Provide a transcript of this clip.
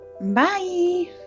Bye